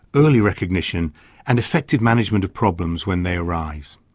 early recognition and effective management of problems when they arise.